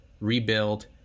Rebuild